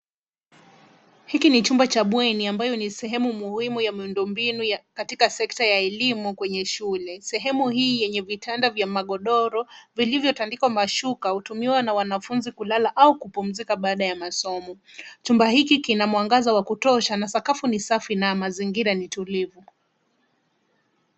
Hiki ni chumba cha bweni ambayo ni sehemu muhimu ya miundombinu katika sekta ya elimu kwenye shule. Sehemu hii yenye vitanda vya magodoro vilivyotandikwa mashuka hutumiwa na wanafunzi kulala au kupumzika baada ya masomo. Chumba hiki kina mwangaza wa kutosha na sakafu ni safi na mazingira ni tulivu.